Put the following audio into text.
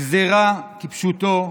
גזרה, כפשוטה,